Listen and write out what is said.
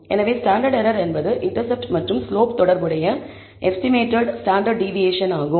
எனவே standard error என்பது intercept மற்றும் ஸ்லோப் தொடர்புடைய எஸ்டிமேடட் ஸ்டாண்டர்ட் டிவியேஷன் ஆகும்